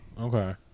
Okay